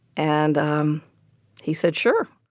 and um he said, sure